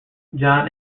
john